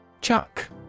Chuck